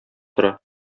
тора